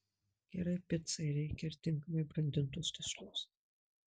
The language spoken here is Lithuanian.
gerai picai reikia ir tinkamai brandintos tešlos